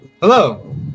Hello